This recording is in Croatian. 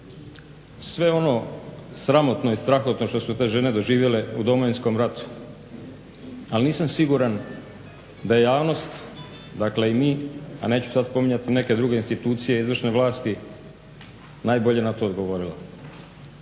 sve ono sramotno i strahotno što su te žene doživjele u Domovinskom ratu. Ali nisam siguran da javnost, dakle i mi, a neću sad spominjati neke druge institucije izvršne vlasti, najbolje na to odgovorila.